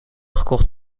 gekocht